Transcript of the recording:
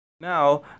Now